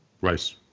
Rice